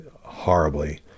horribly